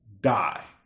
die